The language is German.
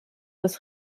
das